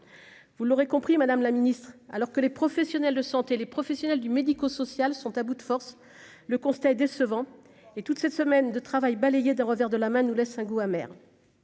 vous l'aurez compris, madame la ministre, alors que les professionnels de santé, les professionnels du médico-social sont à bout de force, le constat est décevant et toute cette semaine de travail balayés d'un revers de la main, nous laisse un goût amer.